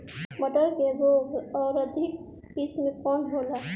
मटर के रोग अवरोधी किस्म कौन होला?